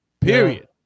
period